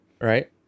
Right